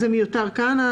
אז זה מיותר כאן?